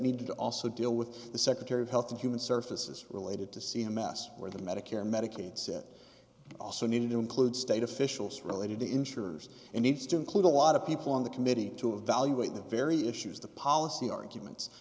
needed to also deal with the secretary of health and human services related to c m s where the medicare medicaid said also needed to include state officials related to insurers and needs to include a lot of people on the committee to evaluate the very issues the policy arguments